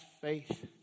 faith